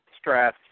stress